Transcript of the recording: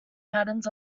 patterns